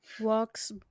Walks